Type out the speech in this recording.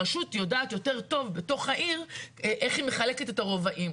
הרשות יודעת יותר טוב בתוך העיר איך היא מחלקת את הרובעים.